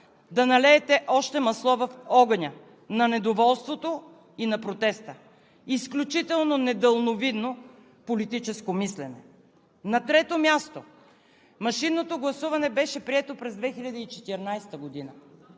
да налеете още масло в огъня на недоволството и на протеста. Изключително недалновидно политическо мислене. На трето място, машинното гласуване беше прието през 2014 г.